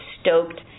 stoked